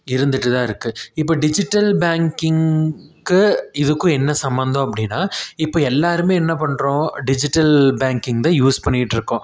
இருந்துட்டு தான் இருக்குது இப்போ டிஜிட்டல் பேங்கிங்க்கும் இதுக்கும் என்ன சம்மந்தம் அப்படின்னா இப்போ எல்லோருமே என்ன பண்ணுறோம் டிஜிட்டல் பேங்கிங் தான் யூஸ் பண்ணிட்டுருக்கோம்